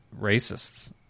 racists